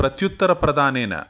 प्रत्युत्तरप्रदानेन